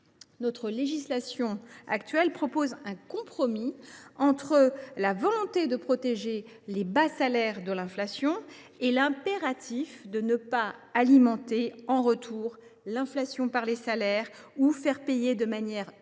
Notre législation actuelle repose sur un compromis entre la volonté de protéger les bas salaires de l’inflation et les impératifs de ne pas alimenter en retour l’inflation par les salaires ou de ne pas faire payer de manière uniforme